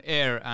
air